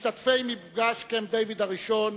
משתתפי מפגש קמפ-דייוויד הראשון,